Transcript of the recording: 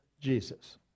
Jesus